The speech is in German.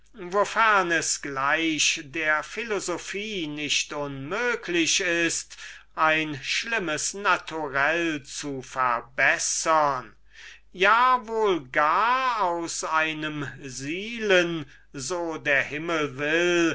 es gleich der kunst nicht unmöglich ist ein schlimmes naturell zu verbessern und aus einem silen so der himmel